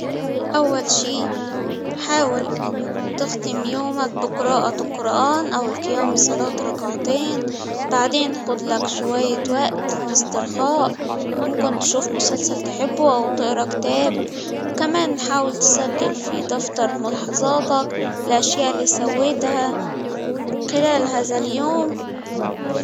أول شي حاول تختم يومك بقراءة القرآن أو القيام بصلاة ركعتين، بعدين خد لك شوية وأت للإسترخاء، ممكن تشوف مسلسل تحبه، أو تقرا كتاب، وكمان حاول تسجل في دفتر ملاحظاتك الأشياء اللي سويتها خلال هذا اليوم.